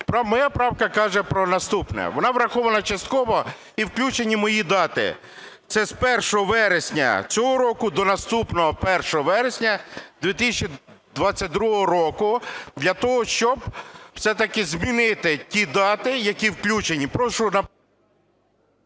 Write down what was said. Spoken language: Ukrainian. Моя правка каже про наступне, вона врахована частково, і включені мої дати: це з 1 вересня цього року до наступного 1 вересня 2022 року. Для того щоб все-таки змінити ті дати, які включені,